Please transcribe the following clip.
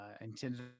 intended